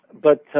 but